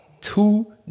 Two